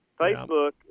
Facebook